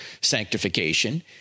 sanctification